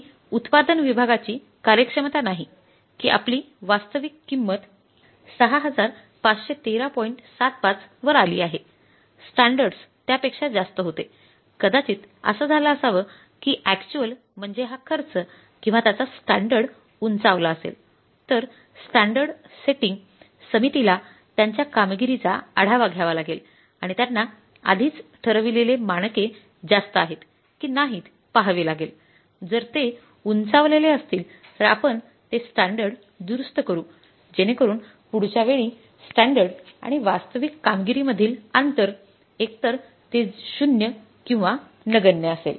हि उत्पादन विभागाची कार्यक्षमता नाही की आपली वास्तविक किंमत आणि वास्तविक कामगिरीमधील अंतर एकतर ते 0 किंवा नगण्य असेल